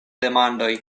demandoj